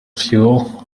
fuel